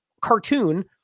cartoon